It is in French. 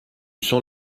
sens